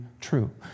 true